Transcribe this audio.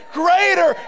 greater